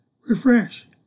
refresh